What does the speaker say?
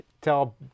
tell